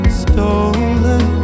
stolen